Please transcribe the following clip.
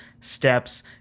steps